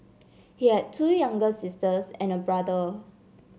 he had two younger sisters and a brother